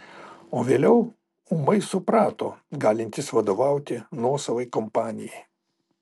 o vėliau ūmai suprato galintis vadovauti nuosavai kompanijai